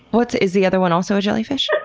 but is the other one also a jellyfish?